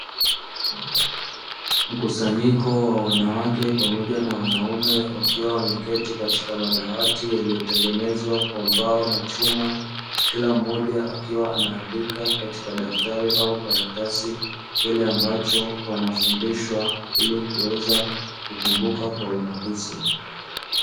Mkusanyiko wa wanawake pamoja na wanaume wakiwa wameketi katika madawati yaliyotengenezwa kwa mbao na chuma, kila mmoja akiwa anaandika katika daftari au karatasi kile ambacho wanafundishwa ili kuweza kukumbuka kwa urahisi.